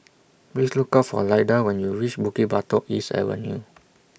Please Look For Lyda when YOU REACH Bukit Batok East Avenue